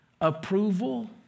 approval